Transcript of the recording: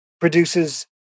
produces